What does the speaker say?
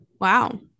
Wow